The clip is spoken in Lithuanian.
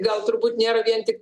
gal turbūt nėra vien tiktai